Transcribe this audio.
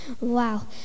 Wow